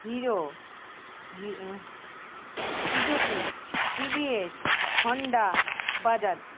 hero Suzuki TVS Honda Bajaj